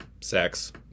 sex